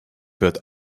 wird